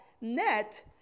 net